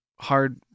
hard